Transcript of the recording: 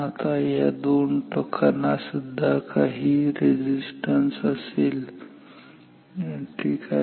आता या टोकांना सुद्धा काही रेझिस्टन्स असेल ठीक आहे